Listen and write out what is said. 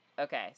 Okay